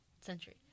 Century